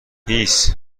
هیس